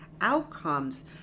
outcomes